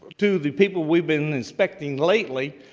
to the people we've been inspecting lately.